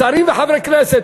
שרים וחברי כנסת,